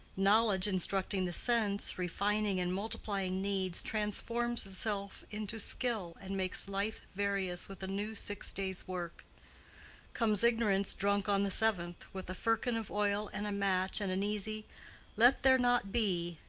knowledge, instructing the sense, refining and multiplying needs, transforms itself into skill and makes life various with a new six days' work comes ignorance drunk on the seventh, with a firkin of oil and a match and an easy let there not be,